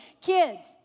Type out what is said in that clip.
Kids